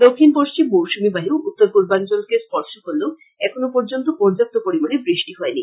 দক্ষিন পশ্চিম মৌসুমী বায়ু উত্তরপূর্বাঞ্চলকে স্পর্শ করলেও এখন পর্যন্ত পর্যাপ্ত পরিমানে বৃষ্টি হয়নি